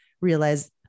realize